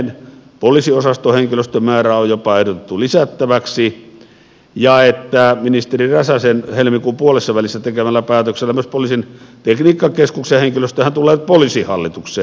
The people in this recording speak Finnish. poliisiosaston henkilöstön määrää on jopa ehdotettu lisättäväksi ja ministeri räsäsen helmikuun puolessavälissä tekemällä päätöksellä myös poliisin tekniikkakeskuksen henkilöstöhän tulee poliisihallitukseen